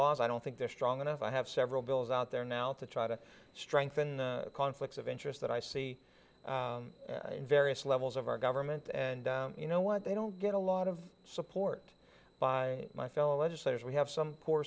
laws i don't think they're strong enough i have several bills out there now to try to strengthen the conflicts of interest that i see in various levels of our government and you know what they don't get a lot of support by my fellow legislators we have some poor